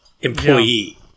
employee